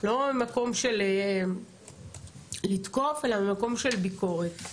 לא ממקום של לתקוף אלא ממקום של ביקורת.